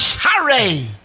Hurry